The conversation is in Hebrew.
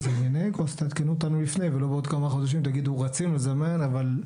אז תעדכנו אותנו לפני ולא בעוד כמה חודשים תגידו רצינו לזמן אבל,